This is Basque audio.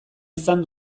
izan